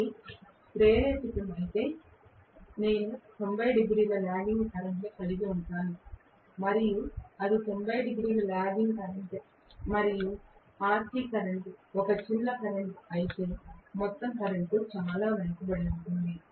ఇది ప్రేరకమైతే నేను 90 డిగ్రీల లాగింగ్ కరెంట్ కలిగి ఉంటాను మరియు అది 90 డిగ్రీల లాగింగ్ కరెంట్ మరియు RC కరెంట్ ఒక చిన్న కరెంట్ అయితే మొత్తం కరెంట్ చాలా వెనుకబడి ఉంటుంది